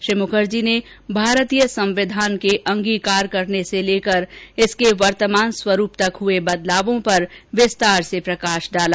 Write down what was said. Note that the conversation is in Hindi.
श्री मुखर्जी ने भारतीय संविधान के अंगीकार करने से लेकर इसके वर्तमान स्वरूप तक हुए बदलावों पर विस्तार से प्रकाश डाला